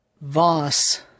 Voss